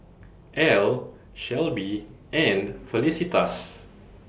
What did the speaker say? Al Shelby and Felicitas